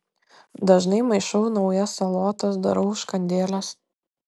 dažnai maišau naujas salotas darau užkandėles